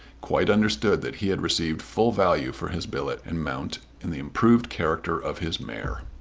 quite understood that he had received full value for his billet and mount in the improved character of his mare.